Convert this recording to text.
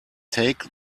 take